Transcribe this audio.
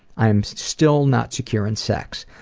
i'm still not secure in sex.